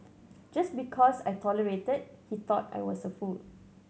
just because I tolerated he thought I was a fool